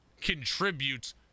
contributes